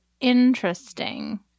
interesting